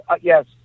Yes